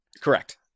correct